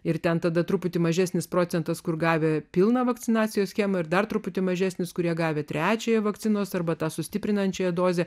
ir ten tada truputį mažesnis procentas kur gavę pilną vakcinacijos schemą ir dar truputį mažesnis kurie gavę trečiąją vakcinos arba tą sustiprinančią dozę